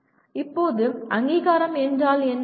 இப்போது அங்கீகாரம் என்றால் என்ன